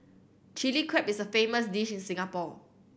Chilli Crab is a famous dish in Singapore